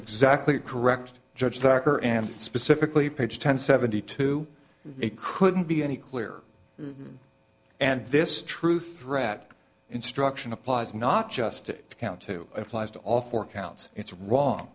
exactly correct judge starker and specifically page ten seventy two it couldn't be any clearer and this true threat instruction applies not just to count two applies to all four counts it's wrong